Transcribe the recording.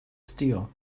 steel